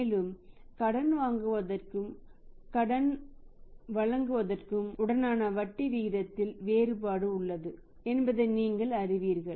மேலும் கடன் வாங்குவதற்கும் கடன் வழங்குவதற்கும் உள்ள வட்டி விகிதத்தில் வேறுபாடு உள்ளது என்பதை நீங்கள் அறிவீர்கள்